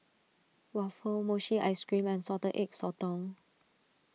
Waffle Mochi Ice Cream and Salted Egg Sotong